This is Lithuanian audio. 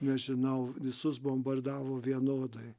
nežinau visus bombardavo vienodai